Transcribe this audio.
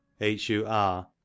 h-u-r